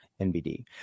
NBD